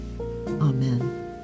amen